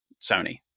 Sony